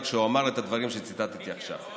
כשהוא אמר את הדברים שציטטתי עכשיו.